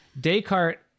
Descartes